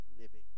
living